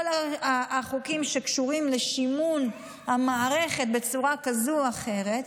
כל החוקים שקשורים לשימון המערכת בצורה כזאת או אחרת,